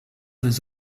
des